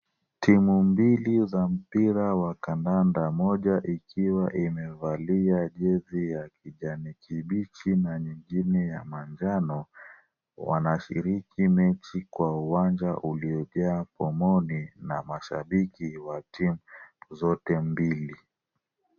Timu mbili za mpira wa kandanda moja ikiwa imevalia jezi ya kijani kibichi na nyingine ya manjano wanashiriki mechi kwa uwanja uliojaa pomoni na mashabiki wa timu zote mbili.